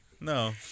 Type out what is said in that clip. No